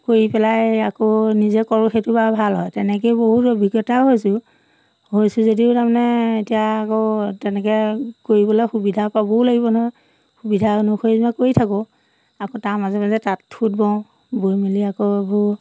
কৰি পেলাই আকৌ নিজে কৰোঁ সেইটো বাৰু ভাল হয় তেনেকেই বহুত অভিজ্ঞতাও হৈছোঁ হৈছোঁ যদিও তাৰমানে এতিয়া আকৌ তেনেকৈ কৰিবলৈ সুবিধা পাবও লাগিব নহয় সুবিধা অনুসৰি যেনিবা কৰি থাকোঁ আকৌ তাৰ মাজে মাজে তাঁত সুত বওঁ বৈ মেলি আকৌ এইবোৰ